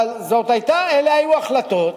אבל אלה היו החלטות